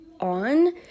on